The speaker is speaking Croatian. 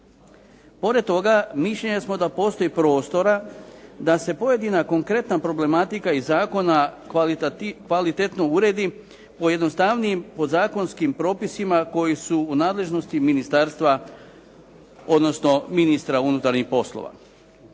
Pored toga, mišljenja smo da postoji prostora da se pojedina konkretna problematika iz zakona kvalitetno uredi po jednostavnijim podzakonskim propisima koji su u nadležnosti ministarstva, odnosno ministra unutarnjih poslova.